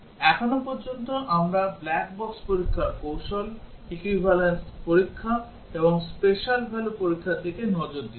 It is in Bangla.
এখন পর্যন্ত আমরা ব্ল্যাক বক্স পরীক্ষার কৌশল equivalence পরীক্ষা এবং special value পরীক্ষার দিকে নজর দিয়েছি